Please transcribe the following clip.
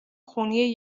خونی